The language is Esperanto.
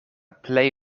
plej